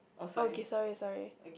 okay sorry sorry